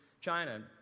China